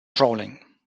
trolling